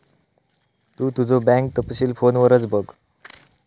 तु तुझो बँक तपशील फोनवरच बघ